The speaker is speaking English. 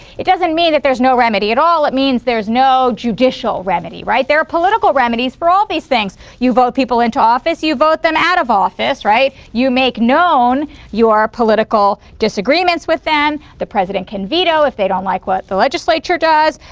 it doesn't mean that there's no remedy at all. it means there's no judicial remedy, right? there are political remedies for all these things you vote people into office, you vote them out of office, right? you make known your political disagreements with them. the president can veto if they don't like what the legislature does.